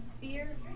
fear